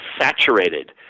saturated